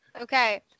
Okay